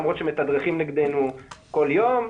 למרות שמתדרכים נגדנו כל יום,